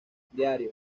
diario